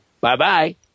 bye-bye